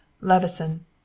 Levison